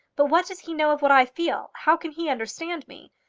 but what does he know of what i feel? how can he understand me?